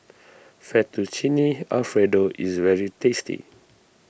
Fettuccine Alfredo is very tasty